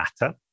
matter